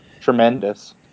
tremendous